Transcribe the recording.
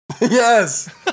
Yes